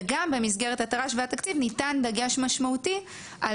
וגם במסגרת התר"ש והתקציב ניתן דגש משמעותי על